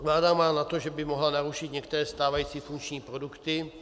Vláda má za to, že by mohla narušit některé stávající funkční produkty.